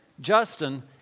Justin